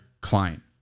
client